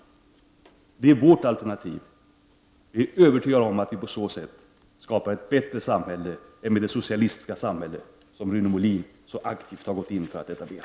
Det är vårt alternativ. Jag är övertygad om att vi på så sätt skapar ett bättre samhälle än det socialistiska samhälle som Rune Molin så aktivt har gått inför att etablera.